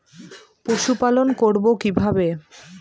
পশুপালন করব কিভাবে?